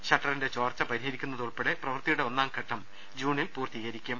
ഷട്ടറിന്റെ ചോർച്ച പരിഹരിക്കു ന്നതുൾപ്പെടെ പ്രവൃത്തിയുടെ ഒന്നാംഘട്ടം ജൂണിൽ പൂർത്തീകരിക്കും